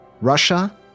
Russia